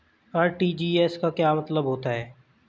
RTGS का क्या मतलब होता है?